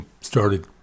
started